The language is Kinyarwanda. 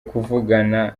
kuvugana